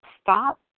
stop